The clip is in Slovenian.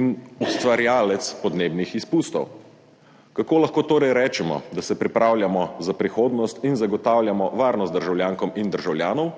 in ustvarjalec podnebnih izpustov. Kako lahko torej rečemo, da se pripravljamo za prihodnost in zagotavljamo varnost državljankam in državljanom,